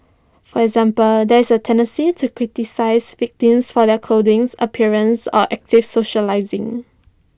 for example there is A tendency to criticise victims for their clothing appearance or active socialising